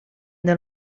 del